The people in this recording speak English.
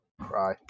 Cry